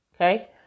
Okay